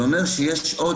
זה אומר שיש עוד